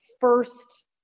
first